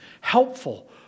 helpful